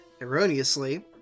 erroneously